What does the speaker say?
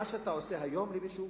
מה שאתה עושה היום למישהו,